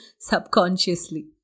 subconsciously